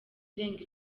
irenga